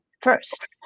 first